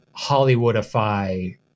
Hollywoodify